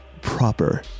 proper